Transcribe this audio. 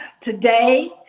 Today